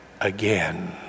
again